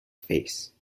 face